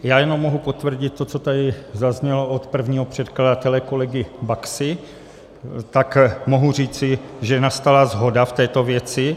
Já jenom mohu potvrdit to, co tady zaznělo od prvního předkladatele kolegy Baxy, tak mohu říci, že nastala shoda v této věci.